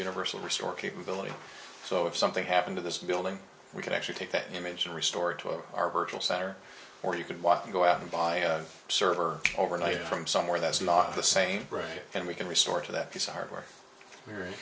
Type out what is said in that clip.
universal restore capability so if something happened to this building we could actually take that image and restore it to our virtual center or you could walk in go out and buy a server overnight from somewhere that's not the same right and we can resort to that piece of hardware